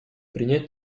принять